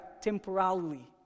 temporally